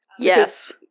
Yes